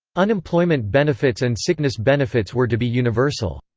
unemployment benefits and sickness benefits were to be universal.